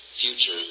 future